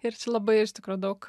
ir čia labai iš tikro daug